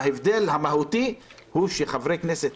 ההבדל המהותי הוא שחברי כנסת